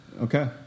Okay